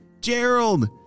Gerald